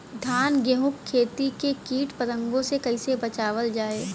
धान गेहूँक खेती के कीट पतंगों से कइसे बचावल जाए?